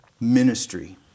ministry